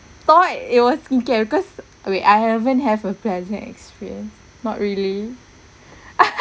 thought it was okay because wait I haven't have a pleasant experience not really